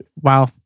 Wow